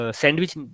sandwich